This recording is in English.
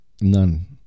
none